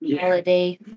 Holiday